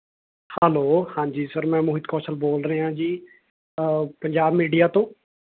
hello ਹਾਂ ਜੀ sir ਮੈਂ ਮੋਹਿਤ ਕੌਸ਼ਲ ਬੋਲ ਰਿਹਾ ਜੀ ਪੰਜਾਬ ਮੀਡੀਆ ਤੋਂ